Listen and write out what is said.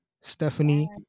Stephanie